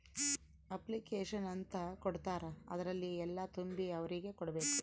application ಅಂತ ಕೊಡ್ತಾರ ಅದ್ರಲ್ಲಿ ಎಲ್ಲ ತುಂಬಿ ಅವ್ರಿಗೆ ಕೊಡ್ಬೇಕು